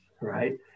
right